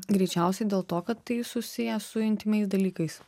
greičiausiai dėl to kad tai susiję su intymiais dalykais